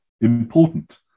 important